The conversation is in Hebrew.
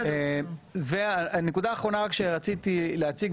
הנקודה האחרונה שרציתי להציג,